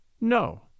No